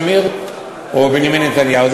או יצחק רבין או מנחם בגין או יצחק שמיר או בנימין נתניהו.